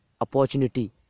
opportunity